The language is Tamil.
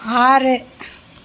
ஆறு